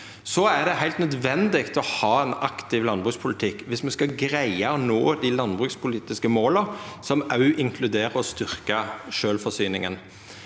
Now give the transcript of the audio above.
Det er heilt nødvendig å ha ein aktiv landbrukspolitikk viss me skal greia å nå dei landbrukspolitiske måla, som òg inkluderer å styrkja sjølvforsyninga.